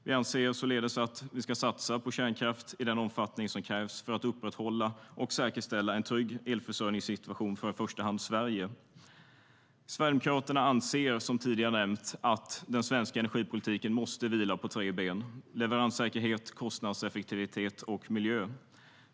Vi anser således att vi ska satsa på kärnkraft i den omfattning som krävs för att upprätthålla och säkerställa en trygg elförsörjningssituation för i första hand Sverige.Sverigedemokraterna anser som tidigare nämnts att den svenska energipolitiken måste vila på tre ben, leveranssäkerhet, kostnadseffektivitet och miljö.